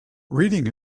reading